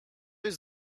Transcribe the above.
jest